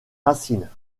racines